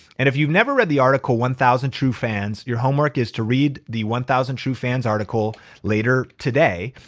and if you've never read the article one thousand true fans, your homework is to read the one thousand true fans article later today.